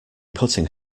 putting